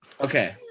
okay